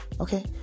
okay